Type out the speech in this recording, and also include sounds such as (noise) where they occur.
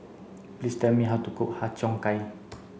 please tell me how to cook Har Cheong Gai (noise)